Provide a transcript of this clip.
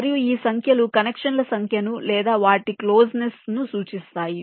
మరియు ఈ సంఖ్యలు కనెక్షన్ల సంఖ్యను లేదా వాటి క్లోజనెస్స్ ను సూచిస్తాయి